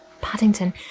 paddington